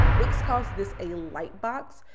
um wix calls this a lightbox.